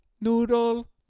noodle